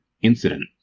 incident